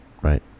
right